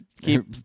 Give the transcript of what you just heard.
keep